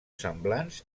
semblants